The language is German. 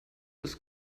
ist